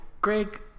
Greg